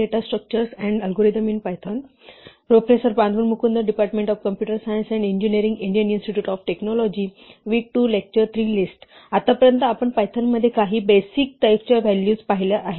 आतापर्यंत आपण पायथॉनमध्ये काही बेसिक टाईपच्या व्हॅल्यूज पाहिल्या आहेत